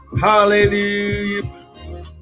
Hallelujah